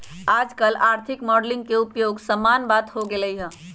याजकाल आर्थिक मॉडलिंग के उपयोग सामान्य बात हो गेल हइ